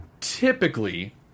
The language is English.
typically